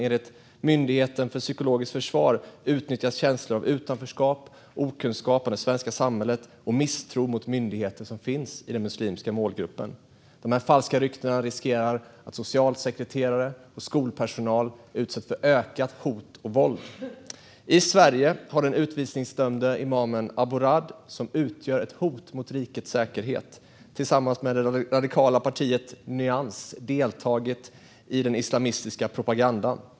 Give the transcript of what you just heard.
Enligt Myndigheten för psykologiskt försvar utnyttjas känslor av utanförskap, okunskap om det svenska samhället och misstro mot myndigheter som finns i den muslimska målgruppen. De falska ryktena riskerar att socialsekreterare och skolpersonal utsätts för ökat hot och våld. I Sverige har den utvisningsdömda imamen Abo Raad, som utgör ett hot mot rikets säkerhet, tillsammans med det radikala partiet Nyans deltagit i den islamistiska propagandan.